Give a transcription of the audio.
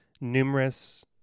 numerous